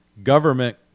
government